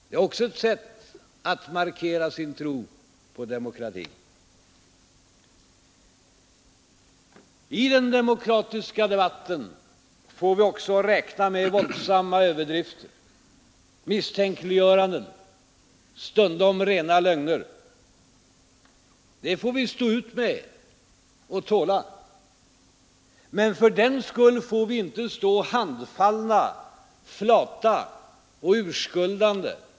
Det är också ett sätt att markera sin tro på demokratin. I den demokratiska debatten får vi också räkna med våldsamma överdrifter, misstänkliggöranden, stundom rena lögner. Det får vi stå ut med och tåla. Men fördenskull får vi inte stå handfallna, flata och urskuldande.